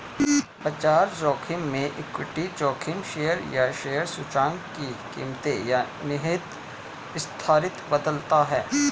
बाजार जोखिम में इक्विटी जोखिम शेयर या शेयर सूचकांक की कीमतें या निहित अस्थिरता बदलता है